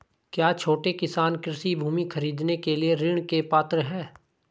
क्या छोटे किसान कृषि भूमि खरीदने के लिए ऋण के पात्र हैं?